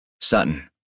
Sutton